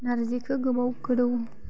नारजिखौ गोबाव गोदौ